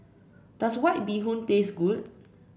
does White Bee Hoon taste good